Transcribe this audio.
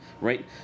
right